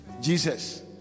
Jesus